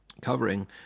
covering